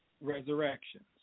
resurrections